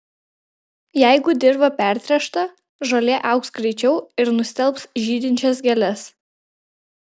jeigu dirva pertręšta žolė augs greičiau ir nustelbs žydinčias gėles